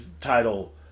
title